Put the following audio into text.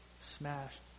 smashed